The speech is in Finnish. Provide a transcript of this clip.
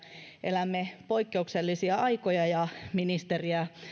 elämme poikkeuksellisia aikoja ja ministeriä